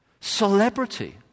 Celebrity